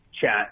chat